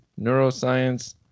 neuroscience